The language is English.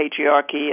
patriarchy